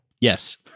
Yes